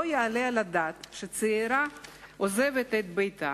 לא יעלה על הדעת שצעירה עוזבת את ביתה,